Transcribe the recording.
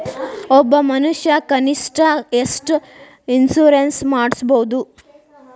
ಒಬ್ಬ ಮನಷಾ ಕನಿಷ್ಠ ಎಷ್ಟ್ ಇನ್ಸುರೆನ್ಸ್ ಮಾಡ್ಸ್ಬೊದು?